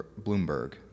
Bloomberg